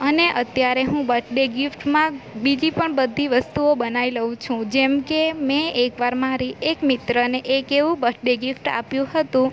અને અત્યારે હું બર્થ ડે ગિફ્ટમાં બીજી પણ બધી વસ્તુઓ બનાઈ લઉં છું જેમ કે મેં એક વાર મારી એક મિત્રને એક એવું બર્થ ડે ગિફ્ટ આપ્યું હતું